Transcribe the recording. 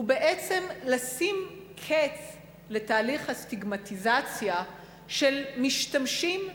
הוא בעצם לשים קץ לתהליך הסטיגמטיזציה של המשתמשים בחומרים,